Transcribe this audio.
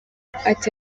ati